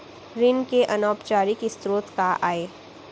ऋण के अनौपचारिक स्रोत का आय?